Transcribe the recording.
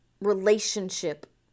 relationship